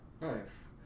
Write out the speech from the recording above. Nice